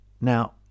Now